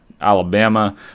Alabama